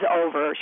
over